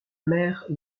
mère